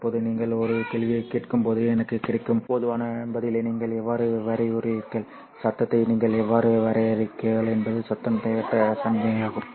இப்போது நீங்கள் ஒரு கேள்வியைக் கேட்கும்போது எனக்குக் கிடைக்கும் பொதுவான பதிலை நீங்கள் எவ்வாறு வரையறுக்கிறீர்கள் சத்தத்தை நீங்கள் எவ்வாறு வரையறுக்கிறீர்கள் என்பது சத்தம் தேவையற்ற சமிக்ஞையாகும்